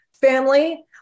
family